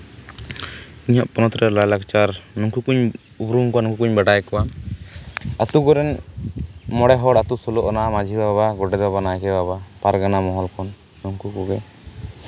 ᱤᱧᱟᱹᱜ ᱯᱚᱱᱚᱛ ᱨᱮ ᱞᱟᱭᱼᱞᱟᱠᱪᱟᱨ ᱱᱩᱠᱩ ᱠᱚᱹᱧ ᱩᱨᱩᱢ ᱠᱚᱣᱟ ᱱᱩᱠᱩ ᱠᱚᱹᱧ ᱵᱟᱰᱟᱭ ᱠᱚᱣᱟ ᱟᱛᱳ ᱠᱚᱨᱮᱱ ᱢᱚᱬᱮ ᱦᱚᱲ ᱟᱛᱳ ᱥᱳᱞᱚ ᱟᱱᱟ ᱢᱟᱹᱡᱷᱤ ᱵᱟᱵᱟ ᱜᱚᱰᱮᱛ ᱵᱟᱵᱟ ᱱᱟᱭᱠᱮ ᱵᱟᱵᱟ ᱯᱟᱨᱜᱟᱱᱟ ᱢᱚᱦᱚᱞ ᱨᱮᱱ ᱱᱩᱠᱩ ᱠᱚᱜᱮ